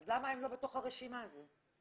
למה הם לא בתוך הרשימה הזו?